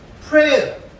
Prayer